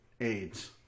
AIDS